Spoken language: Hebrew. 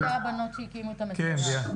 אחת משתי הבנות שהקימו את ה"מסייעת".